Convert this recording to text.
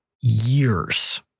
years